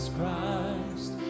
Christ